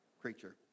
creature